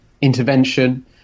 intervention